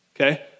Okay